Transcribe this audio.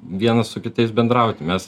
vienas su kitais bendrauti mes